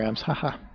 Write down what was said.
haha